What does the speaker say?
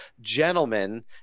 Gentlemen